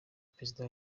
perezida